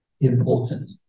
important